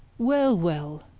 well, well,